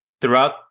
throughout